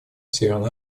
северной